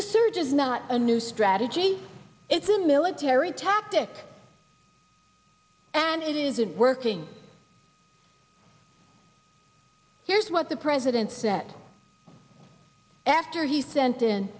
the surge is not a new strategy it's a military tactic and it isn't working here's what the president's that after he sent in